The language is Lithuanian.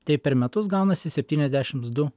tai per metus gaunasi septyniasdešimt du